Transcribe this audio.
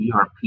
ERP